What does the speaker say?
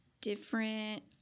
different